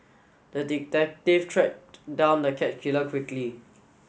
the detective tracked down the cat killer quickly